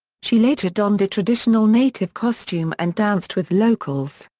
she later donned a traditional native costume and danced with locals.